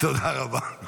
תודה רבה.